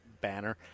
banner